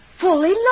fully